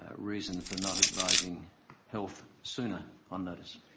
ah reason for not advising health sooner on notice.